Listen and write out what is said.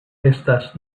estas